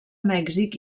mèxic